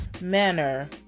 manner